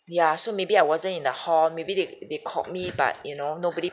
ya so maybe I wasn't in the hall maybe they they called me but you know nobody